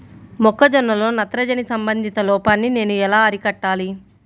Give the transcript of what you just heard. మొక్క జొన్నలో నత్రజని సంబంధిత లోపాన్ని నేను ఎలా అరికట్టాలి?